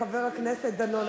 חבר הכנסת דנון.